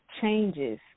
changes